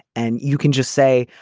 and you can just say,